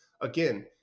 Again